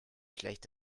schlecht